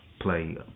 play